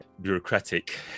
bureaucratic